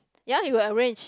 ya he will arrange